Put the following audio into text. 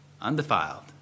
undefiled